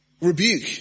rebuke